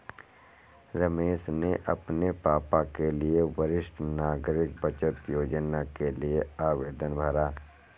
रमेश ने अपने पापा के लिए वरिष्ठ नागरिक बचत योजना के लिए आवेदन भरा